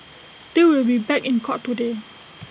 they will be back in court today